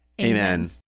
Amen